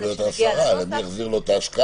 לא רק עלויות ההסרה, אלא מי יחזיר לו את ההשקעה.